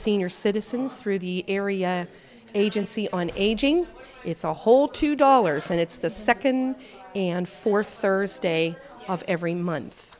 senior citizens through the area agency on aging it's a whole two dollars and it's the second and fourth thursday of every month